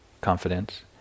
confidence